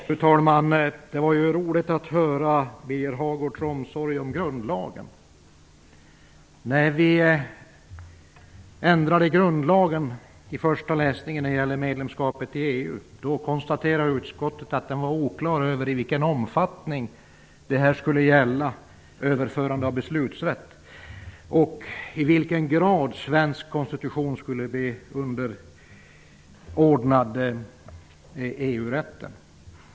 Fru talman! Det var roligt att höra Birger Hagårds omsorg om grundlagen. När vi i första läsningen ändrade grundlagen avseende medlemskapet i EU, konstaterade utskottet att det var oklart i vilken omfattning överförandet av beslutsrätt skulle gälla och i vilken grad svensk konstitution skulle bli underordnad EU-rätten.